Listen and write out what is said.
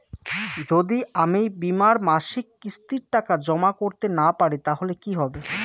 যদি আমি বীমার মাসিক কিস্তির টাকা জমা করতে না পারি তাহলে কি হবে?